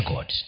God